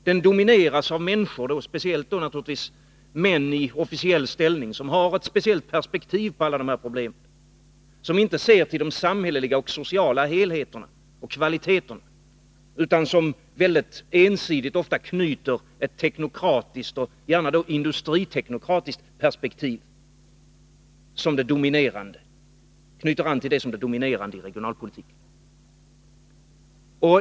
Den domineras av människor, speciellt män i officiell ställning, som har ett speciellt perspektiv på alla de här problemen: De ser inte till de samhälleliga och sociala helheterna och kvaliteterna utan knyter ensidigt an till ett teknokratiskt, gärna då industriteknokratiskt, perspektiv som det dominerande i regionalpolitiken.